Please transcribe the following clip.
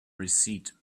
receipt